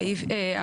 אוקיי.